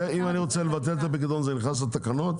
אם אני רוצה לבטל את הפיקדון, זה נכנס לתקנות?